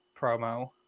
promo